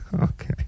Okay